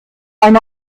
eine